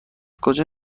کجا